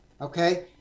okay